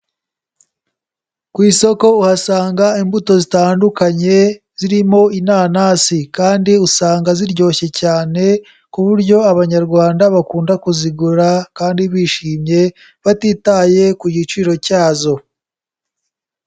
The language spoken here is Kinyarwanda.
Ku isoko uhasanga imbuto zitandukanye zirimo inanasi, kandi usanga ziryoshye cyane ku buryo abanyarwanda bakunda kuzigura, kandi bishimye batitaye ku giciro cyazo.